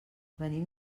venim